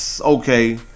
okay